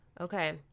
okay